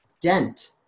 dent